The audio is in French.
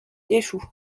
échoue